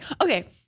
okay